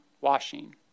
washing